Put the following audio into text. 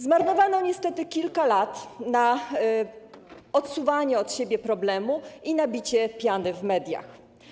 Zmarnowano niestety kilka lat na odsuwanie od siebie problemu i na bicie piany w mediach.